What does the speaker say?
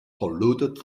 polluted